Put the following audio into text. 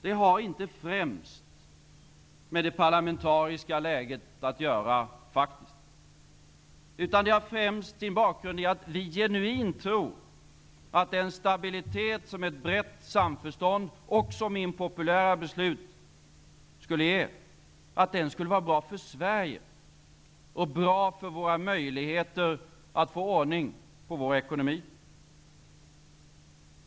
Det har inte främst med det parlamentariska läget att göra, utan det har sin bakgrund i att vi genuint tror att den stabilitet som ett brett samförstånd och som impopulära beslut ger skulle vara bra för Sverige, och bra för våra möjligheter att få ordning på vår ekonomi.